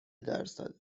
درصده